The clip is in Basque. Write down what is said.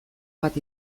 bat